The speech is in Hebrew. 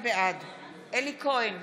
בעד אלי כהן,